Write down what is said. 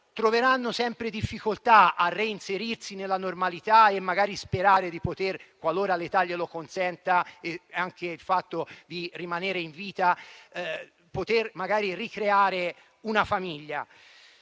troveranno sempre difficoltà a reinserirsi nella normalità e magari sperare, qualora l'età glielo consenta, unitamente al fatto di rimanere in vita, di poter magari ricreare una famiglia.